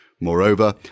Moreover